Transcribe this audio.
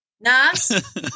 nice